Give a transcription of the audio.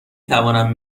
توانم